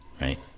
right